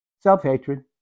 Self-hatred